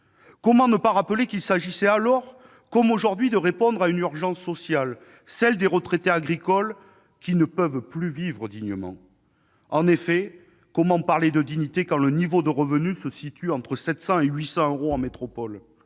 Comment ne pas rappeler qu'il s'agissait alors, comme aujourd'hui, de répondre à une urgence sociale, celle des retraités agricoles qui ne peuvent pas vivre dignement ? En effet, comment parler de dignité quand le niveau de revenu se situe entre 700 et 800 euros en métropole